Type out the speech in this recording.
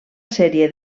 sèrie